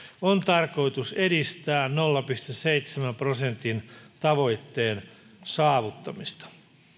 on tarkoitus edistää nolla pilkku seitsemän prosentin tavoitteen saavuttamista